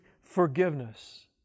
forgiveness